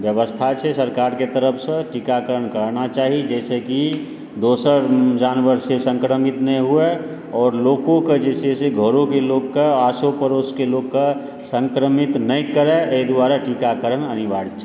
व्यवस्था छै सरकारके तरफसँ टीकाकरण कराना चाही जाहिसँ कि दोसर जानवरसँ सङ्क्रमित नहि हुअ आओर लोकोकऽ जे छै से घरोके लोकके आसो पड़ोसके लोकके सङ्क्रमित नहि करय एहि दुआरे टीकाकरण अनिवार्य छै